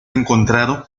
encontrado